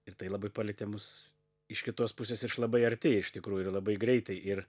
ir tai labai palietė mus iš kitos pusės iš labai arti iš tikrųjų ir labai greitai ir